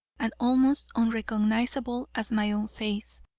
and almost unrecognizable as my own face.